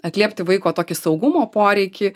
atliepti vaiko tokį saugumo poreikį